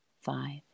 five